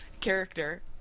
character